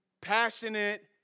passionate